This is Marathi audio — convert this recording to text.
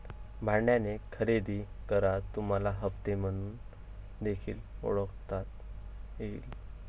भाड्याने खरेदी करा तुम्हाला हप्ते म्हणून देखील ओळखता येईल